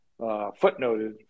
footnoted